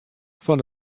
fan